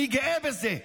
אני גאה בזה.